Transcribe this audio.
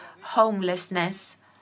homelessness